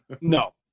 No